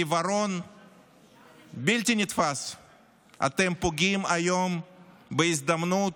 בעיוורון בלתי נתפס אתם פוגעים היום בהזדמנות